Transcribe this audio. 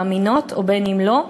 או מאמינות ובין שלא,